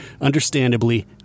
understandably